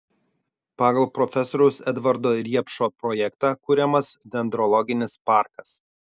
pagal profesoriaus edvardo riepšo projektą kuriamas dendrologinis parkas